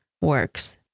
works